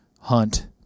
hunt